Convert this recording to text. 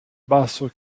basso